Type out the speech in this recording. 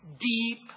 deep